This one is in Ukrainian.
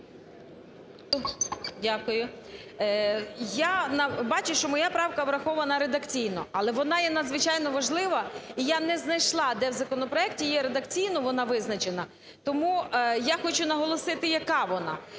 Дякую. Я бачу, що моя правка врахована редакційно, але вона є надзвичайно важлива. І я не знайшла, де у законопроекті є редакційно вона визначена. Тому я хочу наголосити, яка вона.